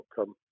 outcome